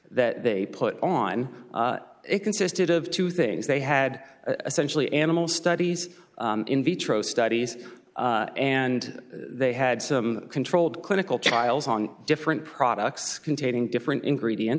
that they put on it consisted of two things they had a centrally animal studies in vitro studies and they had some controlled clinical trials on different products containing different ingredients